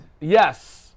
Yes